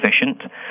efficient